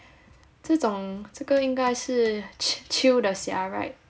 这种这个应该是 ch~ chill 的 sia [right]